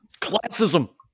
Classism